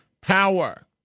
power